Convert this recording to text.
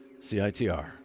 CITR